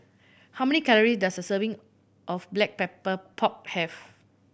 how many calory does a serving of Black Pepper Pork have